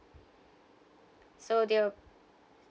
so they'll